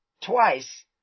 twice